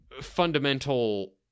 fundamental